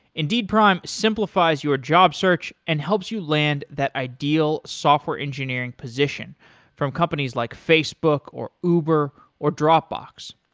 indeed prime simplifies your job search and helps you land that ideal software engineering position from companies like facebook, or uber or dropbox.